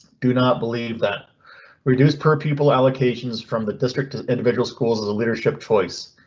do not believe that reduce per people allocations from the district. individual schools, as a leadership choice,